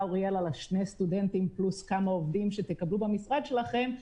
אוריאל על שני הסטודנטים פלוס כמה עובדים שתקבלו במשרד שלכם,